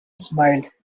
smiled